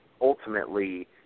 ultimately